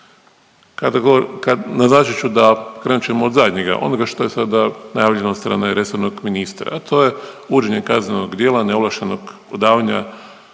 kad naznačit ću da krenut ćemo od zadnjega onoga što je sada najavljeno od strane resornog ministra, a to je uvođenje kaznenog djela neovlaštenog odavanja